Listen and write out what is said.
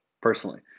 personally